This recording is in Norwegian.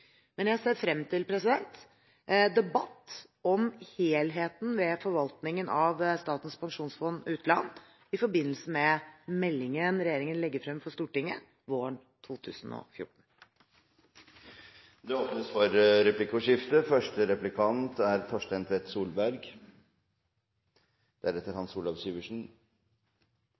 Men jeg ser frem til debatt om helheten ved forvaltningen av Statens pensjonsfond utland i forbindelse med meldingen regjeringen legger frem for Stortinget våren 2014. Det blir replikkordskifte.